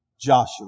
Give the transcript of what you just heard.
Joshua